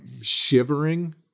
shivering